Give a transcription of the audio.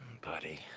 Buddy